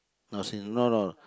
not sin~ no no